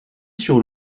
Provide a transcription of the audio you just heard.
sur